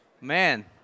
Man